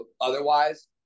Otherwise